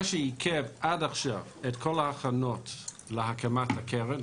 מה שעיכב עד עכשיו את כל ההכנות להקמת הקרן